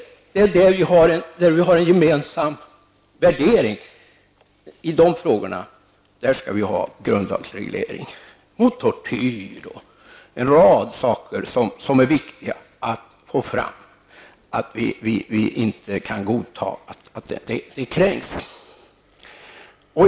Vi skall ha en grundlagsreglering i de frågor där vi har en gemensam värdering. Vi skall ha en grundlagsreglering mot tortyr och i en rad frågor där det är viktigt att markera att vi inte kan godta att rättigheter kränks.